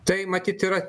tai matyt yra